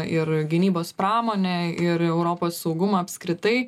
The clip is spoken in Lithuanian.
ir gynybos pramonę ir europos saugumą apskritai